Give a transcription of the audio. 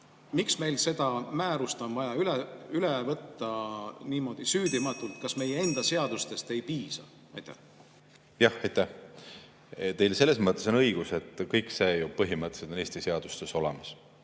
Miks meil on vaja see määrus niimoodi süüdimatult üle võtta? Kas meie enda seadustest ei piisa? Jah, teil selles mõttes on õigus, et kõik see ju põhimõtteliselt on Eesti seadustes olemas.